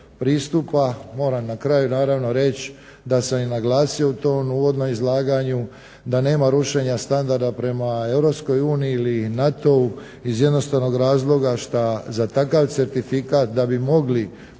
pristupa moram na kraju naravno reći da sam i naglasio to u uvodnom izlaganju da nema rušenja standarda prema Europska uniji ili NATO-u iz jednostavnog razloga što za takav certifikat da bi mogli